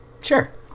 Sure